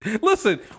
Listen